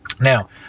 Now